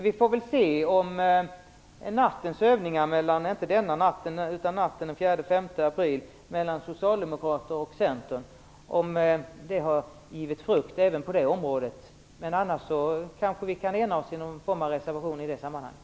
Vi får väl se om övningarna natten mellan den 4 och 5 april mellan Socialdemokraterna och Centern har givit frukt även på detta område. I annat fall kan vi kanske enas om någon form av reservation i det sammanhanget.